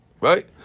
Right